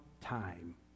time